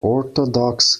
orthodox